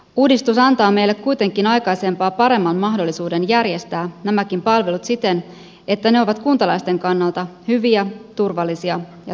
uudistus antaa meille kuitenkin aikaisempaa paremman mahdollisuuden järjestää nämäkin palvelut siten että ne ovat kuntalaisten kannalta hyviä turvallisia ja toimivia